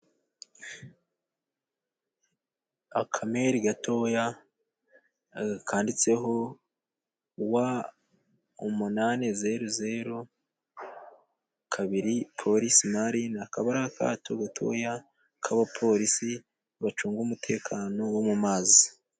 Akamere gatoya, kanditseho Wa umunani zeru zeru kabiri Police Marine, akaba ari akato gatoya k'abapolisi bacunga umutekano wo mu mazi.